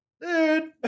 dude